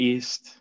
East